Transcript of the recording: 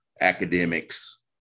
academics